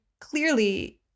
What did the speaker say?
clearly